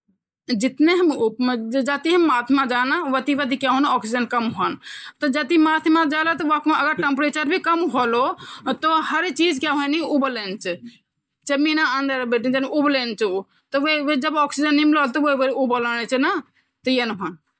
दूध कई तरह कु होन्दु वसा का हिसाब सी सम्पूर्ण दूध जैमा वसा की मात्रा तीन दशमलव दो पांच प्रतिशत होंदी, कम वसा वालू दूध जैमा वसा की मात्र दो प्रतिशत वे सी कम होंदी और वसा रहित दूध जैते स्कीम दूध भी बोलये जांदु।